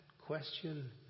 question